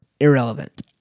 irrelevant